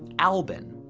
albin.